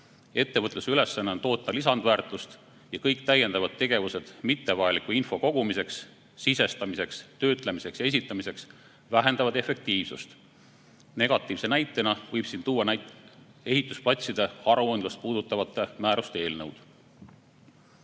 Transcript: Ettevõtluse ülesanne on toota lisandväärtust ja kõik täiendavad tegevused mittevajaliku info kogumiseks, sisestamiseks, töötlemiseks ja esitamiseks vähendavad efektiivsust. Negatiivse näitena võib siin tuua ehitusplatside aruandlust puudutavate määruste